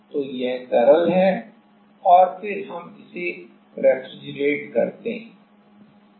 तो यह तरल है और फिर हम इसे रेफ्रिजरेट करते हैं